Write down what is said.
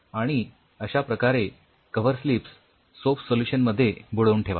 आणि अश्याप्रकारे coverslips soap solution मध्ये बुडवून ठेवा